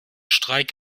streik